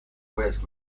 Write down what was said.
west